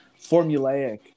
formulaic